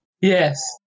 Yes